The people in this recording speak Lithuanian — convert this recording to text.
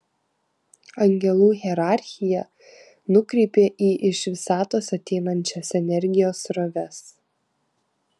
angelų hierarchija nukreipia į iš visatos ateinančias energijos sroves